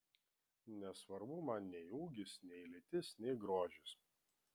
nesvarbu man nei ūgis nei lytis nei grožis